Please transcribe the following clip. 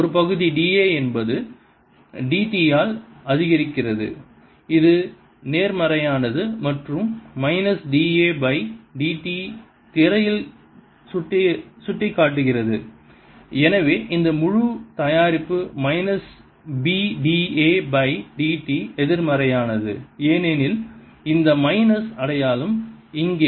ஒரு பகுதி dA என்பது dt ஆல் அதிகரிக்கிறது இது நேர்மறையானது மற்றும் minus d A by dt திரையில் சுட்டிக்காட்டுகிறது எனவே இந்த முழு தயாரிப்பு minus b d a by d t எதிர்மறையானது ஏனெனில் இந்த மைனஸ் அடையாளம் இங்கே